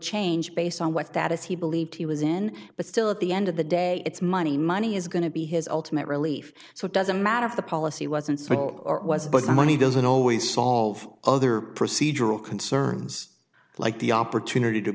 change based on what that is he believed he was in but still at the end of the day it's money money is going to be his ultimate relief so it doesn't matter if the policy wasn't or was but the money doesn't always solve other procedural concerns like the opportunity to